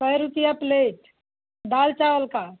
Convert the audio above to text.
सौ रुपये प्लेट दाल चावल का